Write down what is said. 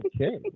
okay